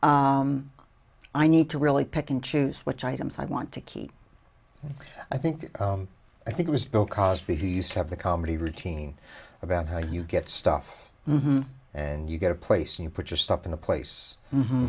i need to really pick and choose which items i want to keep i think i think it was bill cosby who used to have the comedy routine about how you get stuff and you get a place you put your stuff in a place